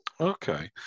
Okay